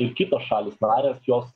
ir kitos šalys narės jos